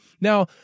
Now